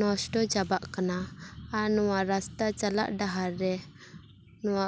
ᱱᱚᱥᱴᱚ ᱪᱟᱵᱟᱜ ᱠᱟᱱᱟ ᱟᱨ ᱱᱚᱣᱟ ᱨᱟᱥᱛᱟ ᱪᱟᱞᱟᱜ ᱰᱟᱦᱟᱨ ᱨᱮ ᱱᱚᱣᱟ